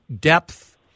depth